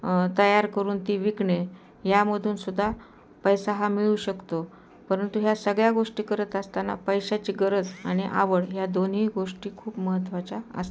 तयार करून ती विकणे यामधून सुुद्धा पैसा हा मिळू शकतो परंतु ह्या सगळ्या गोष्टी करत असताना पैशाची गरज आणि आवड ह्या दोन्ही गोष्टी खूप महत्त्वाच्या असतात